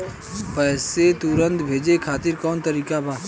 पैसे तुरंत भेजे खातिर कौन तरीका बा?